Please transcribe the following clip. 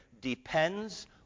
depends